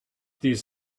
these